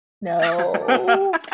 no